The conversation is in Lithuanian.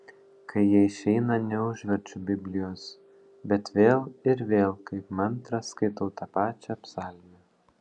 kai jie išeina neužverčiu biblijos bet vėl ir vėl kaip mantrą skaitau tą pačią psalmę